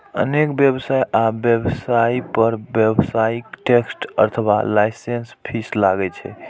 अनेक व्यवसाय आ व्यवसायी पर व्यावसायिक टैक्स अथवा लाइसेंस फीस लागै छै